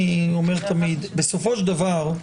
בסופו של דבר,